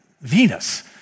Venus